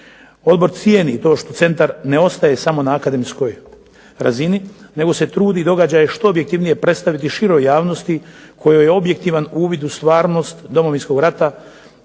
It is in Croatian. Odbor cijeni to što centar ne ostaje samo na akademskoj razini nego se trudi događaje što objektivnije predstaviti široj javnosti kojoj je objektivan uvid u stvarnost Domovinskog rata